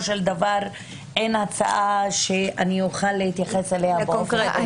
של דבר אין הצעה שאני אוכל להתייחס אליה.